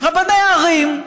רבני ערים,